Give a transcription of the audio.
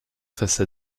face